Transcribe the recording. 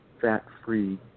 fat-free